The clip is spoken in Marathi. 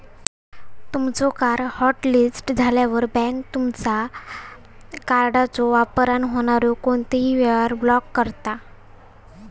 तुमचो कार्ड हॉटलिस्ट झाल्यावर, बँक तुमचा कार्डच्यो वापरान होणारो कोणतोही व्यवहार ब्लॉक करता